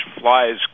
flies